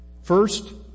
First